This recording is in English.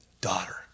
Daughter